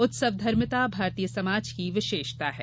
उत्सवधर्मिता भारतीय समाज की विशेषता है